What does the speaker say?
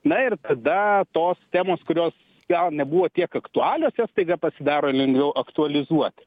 na ir tada tos temos kurios gal nebuvo tiek aktualios jos staiga pasidaro lengviau aktualizuoti